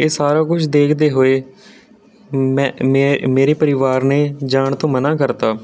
ਇਹ ਸਾਰਾ ਕੁਝ ਦੇਖਦੇ ਹੋਏ ਮੈਂ ਮੇ ਮੇਰੇ ਪਰਿਵਾਰ ਨੇ ਜਾਣ ਤੋਂ ਮਨ੍ਹਾਂ ਕਰਤਾ